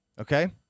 Okay